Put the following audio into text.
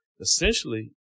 Essentially